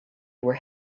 were